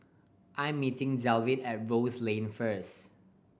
I'm meeting Dalvin at Rose Lane first